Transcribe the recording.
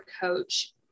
coach